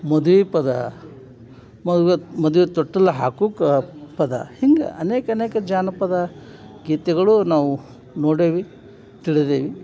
ಮದ್ವೆ ಪದ ಮದ್ವೆದು ಮದ್ವೆದು ತೊಟ್ಟಲು ಹಾಕೋಕ ಪದ ಹಿಂಗೆ ಅನೇಕ ಅನೇಕ ಜಾನಪದ ಗೀತೆಗಳೂ ನಾವು ನೋಡೇವೆ ತಿಳಿದೇವೆ